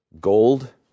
Gold